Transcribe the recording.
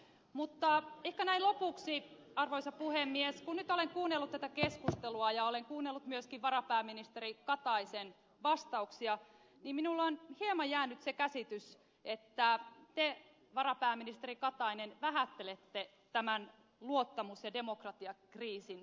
mutta ehkä näin lopuksi arvoisa puhemies kun nyt olen kuunnellut tätä keskustelua ja olen kuunnellut myöskin varapääministeri kataisen vastauksia minulle on hieman jäänyt se käsitys että te varapääministeri katainen vähättelette tämän luottamus ja demokratiakriisin vakavuutta